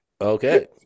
Okay